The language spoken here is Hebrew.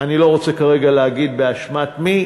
ואני לא רוצה כרגע להגיד באשמת מי,